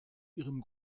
ihrem